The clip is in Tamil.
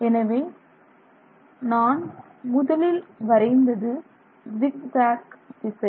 எனவே நான் முதலில் வரைந்தது ஜிக் ஜேக் திசை